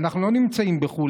ואנחנו לא נמצאים בחו"ל,